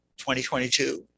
2022